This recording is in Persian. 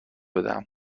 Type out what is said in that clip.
بدم